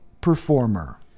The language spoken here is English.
Performer